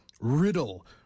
riddle